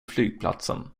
flygplatsen